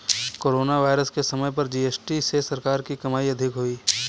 corona virus के समय पर जी.एस.टी से सरकार की कमाई अधिक हुई